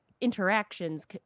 interactions